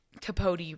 Capote